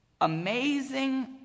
Amazing